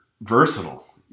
versatile